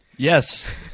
Yes